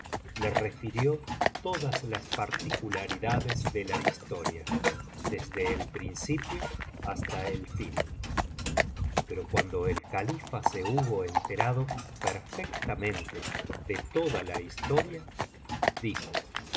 le refirió todas las particularidades de la historia desde el principio hasta el fin pero cuando el califa se hubo enterado perfectamente de toda la historia dijo